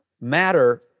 matter